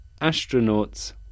astronauts